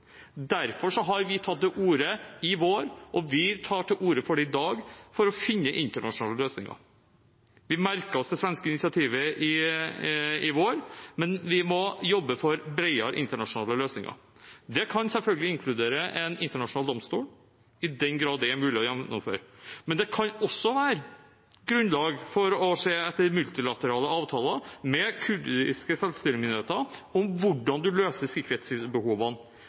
Derfor tok vi til orde for å finne internasjonale løsninger i vår, og vi tar til orde for det i dag. Vi merket oss det svenske initiativet i vår, men vi må jobbe for bredere internasjonale løsninger. Det kan selvfølgelig inkludere en internasjonal domstol – i den grad det er mulig å gjennomføre. Men det kan også være grunnlag for å se om man kan få multilaterale avtaler med kurdiske selvstyremyndigheter om hvordan man løser sikkerhetsbehovene